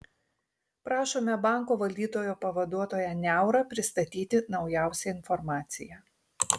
prašome banko valdytojo pavaduotoją niaurą pristatyti naujausią informaciją